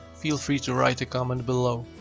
feel free to write a comment below.